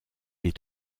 est